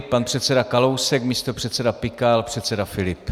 Pan předseda Kalousek, místopředseda Pikal, předseda Filip.